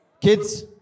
kids